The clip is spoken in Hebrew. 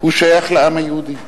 שייך לעם היהודי.